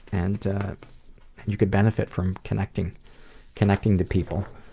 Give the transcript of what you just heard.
and you could benefit from connecting connecting to people.